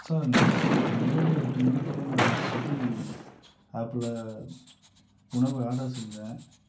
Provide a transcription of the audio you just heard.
sir நேற்று இரவு எட்டு மணிப்போல் நான் ஸ்விகி ஆப்ல உணவு ஆர்டர் செஞ்சேன்